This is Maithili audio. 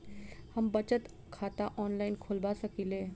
हम बचत खाता ऑनलाइन खोलबा सकलिये?